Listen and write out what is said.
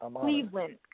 Cleveland